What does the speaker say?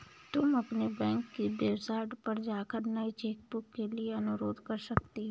तुम अपनी बैंक की वेबसाइट पर जाकर नई चेकबुक के लिए अनुरोध कर सकती हो